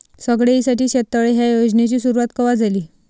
सगळ्याइसाठी शेततळे ह्या योजनेची सुरुवात कवा झाली?